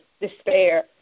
despair